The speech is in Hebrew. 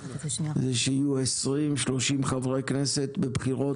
זה שיהיו 30-20 חברי כנסת בבחירות